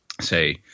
say